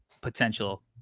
potential